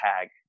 Tag